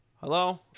Hello